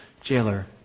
jailer